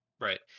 Right